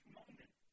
moment